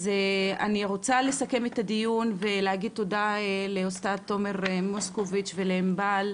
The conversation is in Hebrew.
אז אני רוצה לסכם את הדיון ולהגיד תודה לעוסטאד תומר מוסקוביץ' ולענבל,